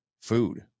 food